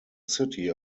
city